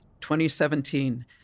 2017